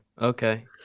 okay